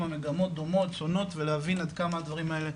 המגמות דומות שונות ולהבין עד כמה הדברים האלה,